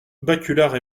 baculard